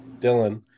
Dylan